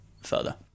further